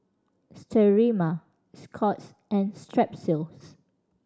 Sterimar Scott's and Strepsils